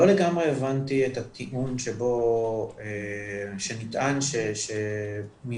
לא לגמרי הבנתי את הטיעון שבו נטען שמבנים